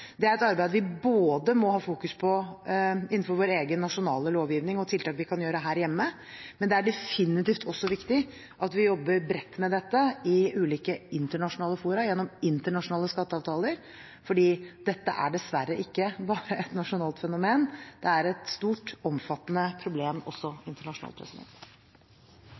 Det er et arbeid vi må ha fokus på innenfor vår egen nasjonale lovgivning og når det gjelder tiltak vi kan gjøre her hjemme, men det er definitivt også viktig at vi jobber bredt med dette i ulike internasjonale fora, gjennom internasjonale skatteavtaler, for dette er dessverre ikke bare et nasjonalt fenomen. Det er et stort og omfattende problem også internasjonalt.